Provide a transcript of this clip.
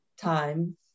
time